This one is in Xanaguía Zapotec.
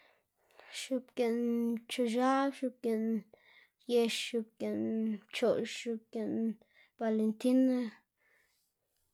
x̱oꞌbgiꞌn pchoꞌx- x̱ab, x̱oꞌbgiꞌn yex, x̱oꞌbgiꞌn pchoꞌx, x̱oꞌbgiꞌn balentina.